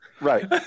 Right